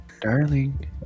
Darling